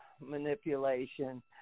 manipulation